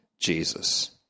Jesus